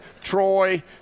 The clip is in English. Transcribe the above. Troy